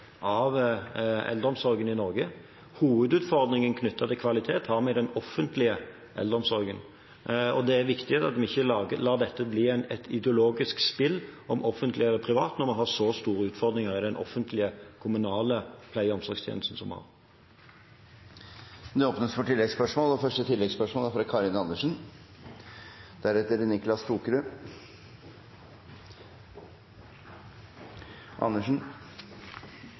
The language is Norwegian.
av eldreomsorgen i Norge. Hovedutfordringen knyttet til kvalitet har vi i den offentlige eldreomsorgen, og det er viktig at vi ikke lar dette bli et ideologisk spill om offentlig eller privat, når vi har så store utfordringer i den offentlige, kommunale pleie- og omsorgstjenesten som vi